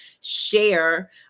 share